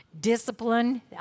discipline